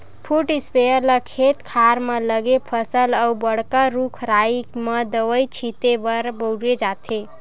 foot sprayer ल खेत खार म लगे फसल अउ बड़का रूख राई म दवई छिते बर बउरे जाथे